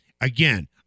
Again